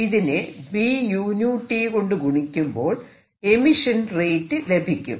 ഇതിനെ Bu𝞶 കൊണ്ട് ഗുണിക്കുമ്പോൾ എമിഷൻ റേറ്റ് ലഭിക്കും